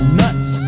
nuts